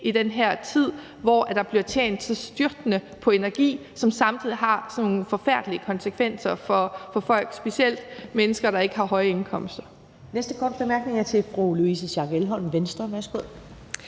i den her tid, hvor der bliver tjent så styrtende med penge på energi, og hvor det samtidig har sådan nogle forfærdelige konsekvenser for folk, specielt de mennesker, der ikke har høje indkomster.